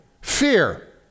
Fear